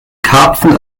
karpfen